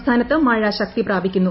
സംസ്ഥാനത്ത് മഴ ശക്തി പ്രാപിക്കുന്നു